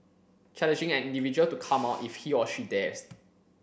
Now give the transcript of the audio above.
challenging an individual to come out if he or she dares